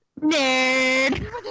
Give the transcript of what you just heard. nerd